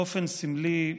באופן סמלי,